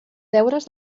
deures